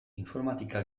informatika